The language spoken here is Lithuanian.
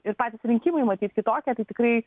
ir patys rinkimai matyt kitokie tai tikrai